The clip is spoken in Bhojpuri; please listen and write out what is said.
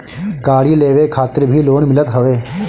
गाड़ी लेवे खातिर भी लोन मिलत हवे